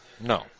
no